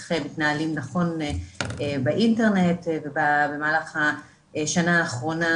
איך מתנהלים נכון באינטרנט ובמהלך השנה האחרונה